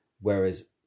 whereas